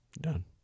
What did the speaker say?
Done